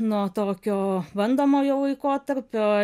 nuo tokio bandomojo laikotarpio